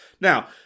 Now